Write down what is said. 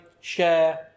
share